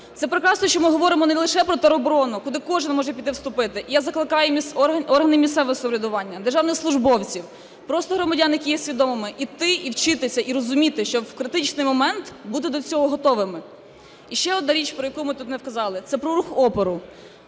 Це прекрасно, що ми говоримо не лише про тероборону, куди кожен може піти вступити. Я закликаю органи місцевого самоврядування, державних службовців, просто громадян, які є свідомими – іти і вчитися, і розуміти, що в критичний момент бути до цього готовими. І ще одна річ, про яку ми тут не вказали, це про рух опору,